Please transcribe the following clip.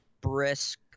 brisk